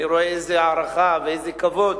ואני רואה איזה הערכה ואיזה כבוד